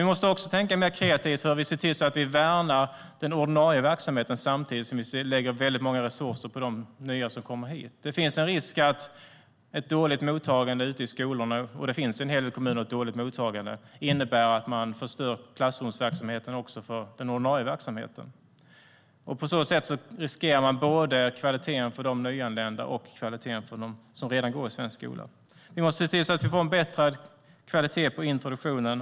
Vi måste också tänka mer kreativt så att vi värnar den ordinarie verksamheten samtidigt som vi lägger mycket resurser på de nya som kommer hit. Med ett dåligt mottagande ute i skolorna riskerar man att förstöra även den ordinarie verksamheten i klassrummen. Då riskeras kvaliteten både för de nyanlända och för dem som redan går i svensk skola. Vi måste få en bättre kvalitet på introduktionen.